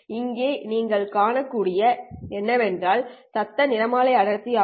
இங்கே நீங்கள் காணக்கூடியது என்னவென்றால் சத்தம் நிறமாலை அடர்த்தி ஆகும்